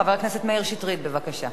חבר הכנסת מאיר שטרית, בבקשה.